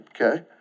Okay